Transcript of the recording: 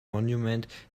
monument